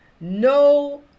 No